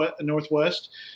Northwest